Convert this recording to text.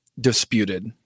disputed